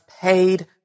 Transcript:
paid